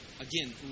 again